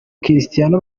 cristiano